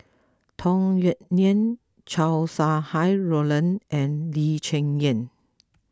Tung Yue Nang Chow Sau Hai Roland and Lee Cheng Yan